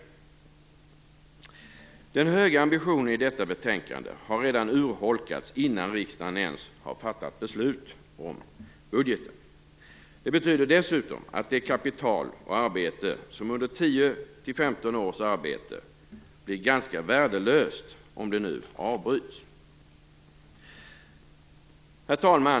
Den höga ambitionen i detta betänkande har redan urholkats innan riksdagen ens har fattat beslut om budgeten. Det betyder dessutom att kapital och arbete som bedrivits under 10-15 års tid blir ganska värdelöst om det nu avbryts. Herr talman!